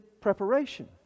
preparation